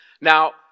Now